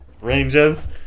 ranges